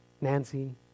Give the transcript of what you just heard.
nancy